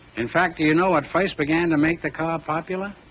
in fact, do you know what first began to make the car popular?